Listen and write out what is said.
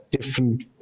different